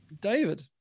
David